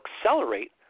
accelerate